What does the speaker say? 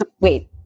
wait